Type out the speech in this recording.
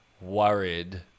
worried